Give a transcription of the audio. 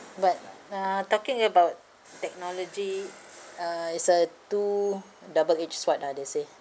but uh talking about technology uh it's a two double edge sword lah they say